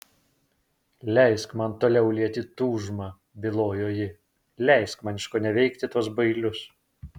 leisk man toliau lieti tūžmą bylojo ji leisk man iškoneveikti tuos bailius